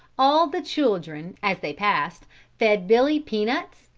all the children as they passed fed billy peanuts,